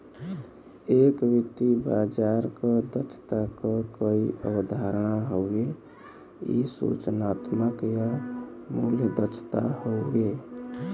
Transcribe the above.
एक वित्तीय बाजार क दक्षता क कई अवधारणा हउवे इ सूचनात्मक या मूल्य दक्षता हउवे